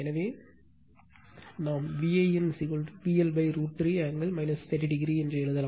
எனவே நாம் Van VL √ 3 angle 30 o எழுதலாம்